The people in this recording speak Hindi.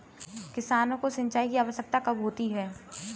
किसानों को सिंचाई की आवश्यकता कब होती है?